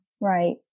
Right